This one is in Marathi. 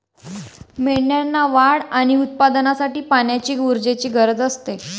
मेंढ्यांना वाढ आणि उत्पादनासाठी पाण्याची ऊर्जेची गरज असते